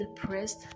depressed